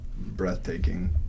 breathtaking